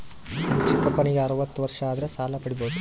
ನನ್ನ ಚಿಕ್ಕಪ್ಪನಿಗೆ ಅರವತ್ತು ವರ್ಷ ಆದರೆ ಸಾಲ ಪಡಿಬೋದ?